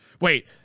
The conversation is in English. Wait